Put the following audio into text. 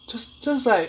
just just like